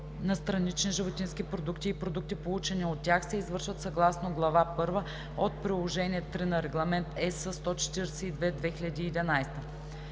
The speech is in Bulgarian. на странични животински продукти и продукти, получени от тях, се извършват съгласно глава I от приложение III на Регламент (ЕС) № 142/2011.